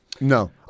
No